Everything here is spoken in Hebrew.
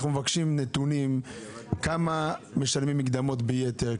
אנחנו מבקשים נתונים: כמה משלמים מקדמות ביתר?